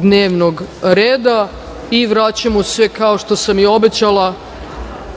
dnevnog reda. Vraćamo se, kao što sam i obećala